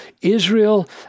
Israel